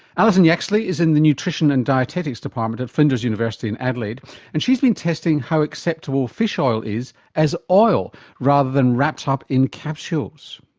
alison yaxley is in the nutrition and dietetics department at flinders university in adelaide and she's been testing how acceptable fish oil is as oil rather than wrapped up in capsules.